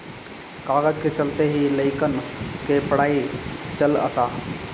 कागज के चलते ही लइकन के पढ़ाई चलअता